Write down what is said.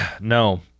No